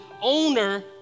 owner